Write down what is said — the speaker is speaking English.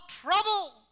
trouble